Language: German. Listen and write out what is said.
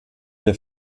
der